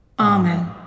Amen